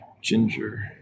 Ginger